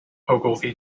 ogilvy